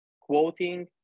quoting